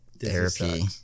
therapy